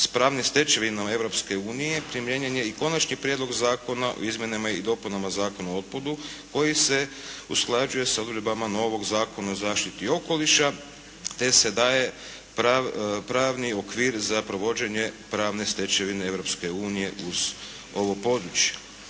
s pravnim stečevinama Europske unije, pripremljen je i Konačni prijedlog zakona o izmjenama i dopunama Zakona o otpadu koji se usklađuje sa odredbama novog Zakona o zaštiti okoliša, te se daje pravni okvir za provođenje pravne stečevine Europske unije uz ovo područje.